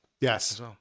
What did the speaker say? Yes